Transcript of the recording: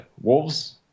Wolves